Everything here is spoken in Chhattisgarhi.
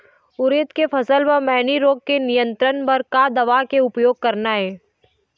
उरीद के फसल म मैनी रोग के नियंत्रण बर का दवा के उपयोग करना ये?